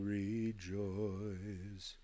rejoice